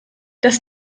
das